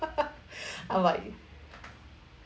I'm like